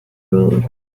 rude